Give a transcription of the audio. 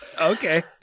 Okay